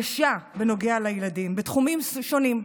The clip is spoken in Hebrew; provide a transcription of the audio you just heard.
קשה, בנוגע לילדים, בתחומים שונים,